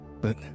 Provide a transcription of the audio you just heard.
But